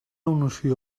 noció